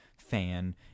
fan